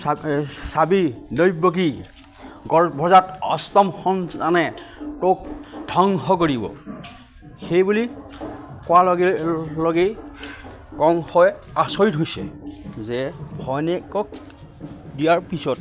চাবি দৈৱকী গৰ্ভজাত অষ্টম সন্তানে তোক ধ্বংস কৰিব সেইবুলি কোৱাৰ লগে লগেই কংশই আচৰিত হৈছে যে ভনীয়েকক দিয়াৰ পিছত